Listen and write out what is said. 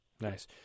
Nice